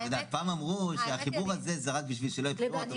פעם אמרו שהחיבור הזה זה רק בשביל שלא יהיו בחירות,